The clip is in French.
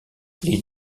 les